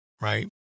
right